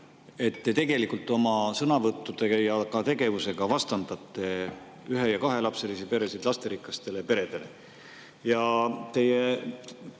et te tegelikult oma sõnavõttudega ja ka tegevusega vastandate ühe‑ ja kahelapselisi peresid lasterikastele peredele.